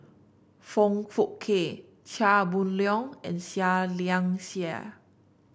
Foong Fook Kay Chia Boon Leong and Seah Liang Seah